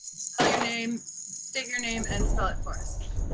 spell your name state your name and spell it for us?